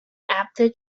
after